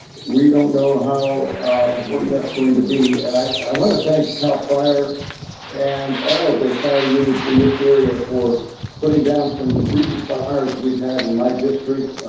we don't know how important that's going to be, and i wanna thank cal fire and all of the fire units in this area for putting down some recent fires we've had in my district,